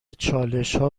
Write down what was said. چالشها